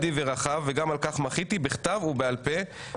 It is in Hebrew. נדיב ורחב וגם על כך מחיתי בכתב ובעל פה,